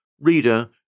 Reader